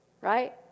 Right